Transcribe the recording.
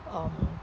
um